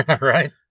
Right